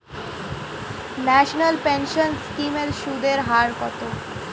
National pension scheme এর সুদের হার কত?